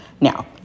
now